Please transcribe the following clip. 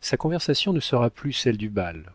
sa conversation ne sera plus celle du bal